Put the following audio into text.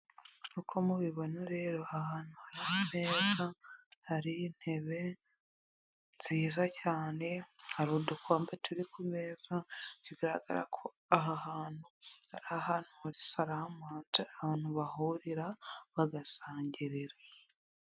Uko mubibona rero, aha hantu harasa neza, hari intebe nziza cyane, hari udukombe turi ku meza, bigaragara ko aha hantu ari ahantu muri saramanje, ahantu bahurira bagasangirira.